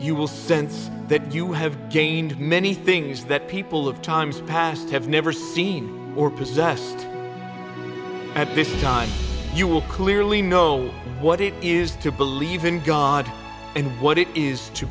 you will sense that you have gained many things that people of times past have never seen or possessed at this time you will clearly know what it is to believe in god and what it is to